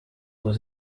was